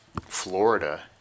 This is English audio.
Florida